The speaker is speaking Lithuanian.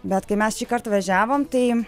bet kai mes šįkart važiavom tai